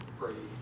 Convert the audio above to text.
pray